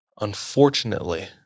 unfortunately